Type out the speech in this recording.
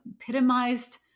epitomized